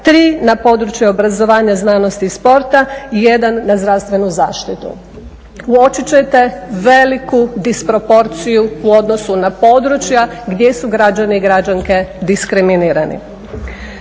3 na područje obrazovanja, znanosti i sporta i 1 na zdravstvenu zaštitu. Uočit ćete veliku disproporciju u odnosu na područja gdje su građani i građanke diskriminirani.